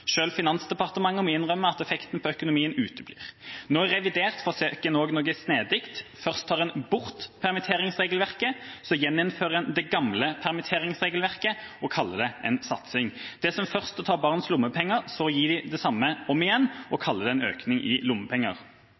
innrømme at effektene på økonomien uteblir. Nå i revidert forsøker en også noe snedig: Først tar en bort permitteringsregelverket, så gjeninnfører en det gamle permitteringsregelverket og kaller det en satsing. Det er som først å ta barns lommepenger, så gi dem det samme om igjen og kalle det en økning i lommepenger.